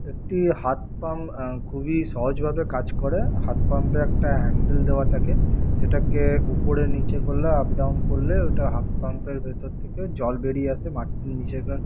একটি হাত পাম্প খুবই সহজভাবে কাজ করে হাত পাম্পে একটা হ্যান্ডেল দেওয়া থাকে সেটাকে উপরে নিচে করলে আপ ডাউন করলে ওইটা হাত পাম্পের ভেতর থেকে জল বেরিয়ে আসে মটির নিচেকার